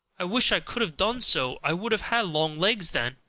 i wish i could have done so i would have had long legs then.